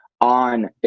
on